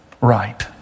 right